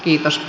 kiitos